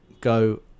go